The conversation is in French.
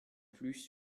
plus